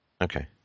Okay